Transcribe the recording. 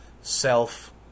self